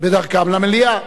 בדרכם למליאה.